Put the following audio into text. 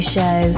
Show